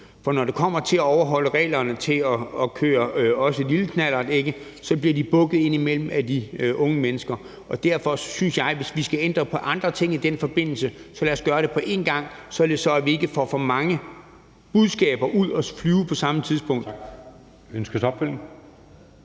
For når det kommer til at overholde reglerne for at køre lille knallert, bliver de indimellem bøjet af de unge mennesker, og derfor synes jeg, at hvis vi skal ændre på andre ting i den forbindelse, så lad os gøre det på én gang, så vi ikke får for mange budskaber ud at flyve på samme tid.